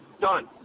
Done